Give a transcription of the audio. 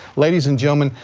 ladies and gentlemen,